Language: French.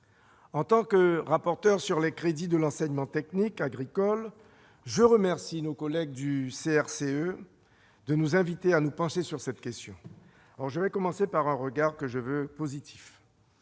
En tant que rapporteur sur les crédits de l'enseignement technique agricole, je remercie mes collègues du CRCE de nous inviter à nous pencher sur cette question. Permettez-moi tout d'abord de porter un regard positif.